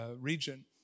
region